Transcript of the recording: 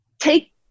take